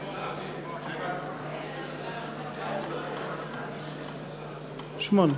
הצעת סיעות מרצ,